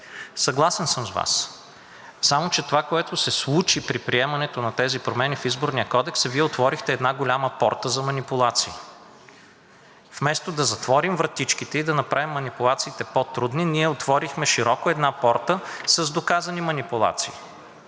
Съгласен съм с Вас. Само че това, което се случи при приемането на тези промени в Изборния кодекс, Вие отворихте една голяма порта за манипулации. Вместо да затворим вратичките и да направим манипулациите по-трудни, ние отворихме широко една порта с доказани манипулации,